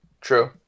True